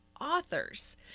authors